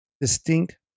distinct